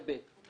לסעיף קטן (ב),